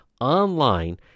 online